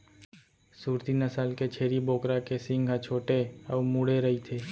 सूरती नसल के छेरी बोकरा के सींग ह छोटे अउ मुड़े रइथे